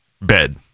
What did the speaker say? bed